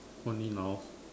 only nouns